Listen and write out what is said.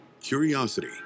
curiosity